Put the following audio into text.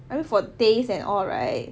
I know for taste and all right